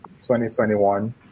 2021